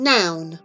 Noun